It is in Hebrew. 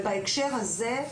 בהקשר הזה,